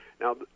Now